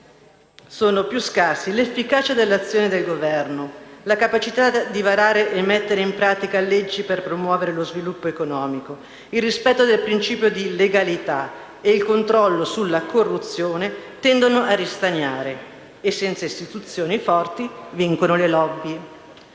sono più scarsi l'efficacia dell'azione del Governo, la capacità di varare e mettere in pratica leggi per promuovere lo sviluppo economico, il rispetto del principio di legalità e il controllo sulla corruzione tendono a ristagnare e, senza istituzioni forti, vincono le *lobby*.